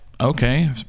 okay